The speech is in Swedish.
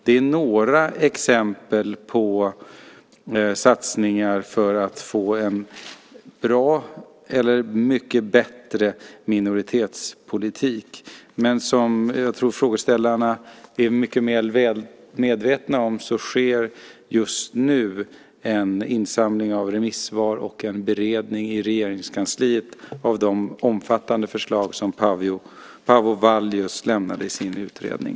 Det är några exempel på satsningar för att få en bra eller mycket bättre minoritetspolitik. Men som jag tror frågeställarna är mycket väl medvetna om sker just nu en insamling av remissvar och en beredning i Regeringskansliet av de omfattande förslag som Paavo Vallius lämnade i sin utredning.